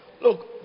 Look